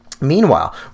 Meanwhile